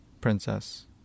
princess